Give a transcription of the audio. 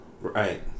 Right